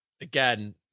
again